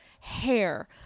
hair